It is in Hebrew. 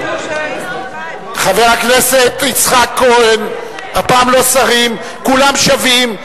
חבר הכנסת יצחק כהן, הפעם לא שרים, כולם שווים.